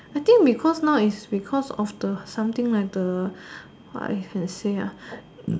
I think because now is because of the something like the what I should say